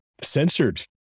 censored